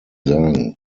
sagen